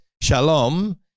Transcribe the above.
shalom